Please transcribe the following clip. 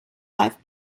life